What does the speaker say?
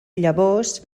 llavors